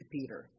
Peter